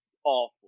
awful